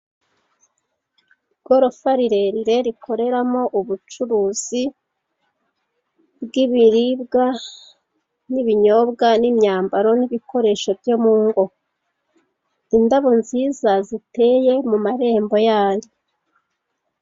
Igorofa rirerire rikoreramo ubucuruzi bw'ibiribwa n'ibinyobwa n'imyambaro n'ibikoresho byo mu ngo. Indabo nziza ziteye mu marembo yandi.